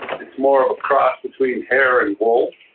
it's more of a cross between hair and wool.